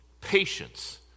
patience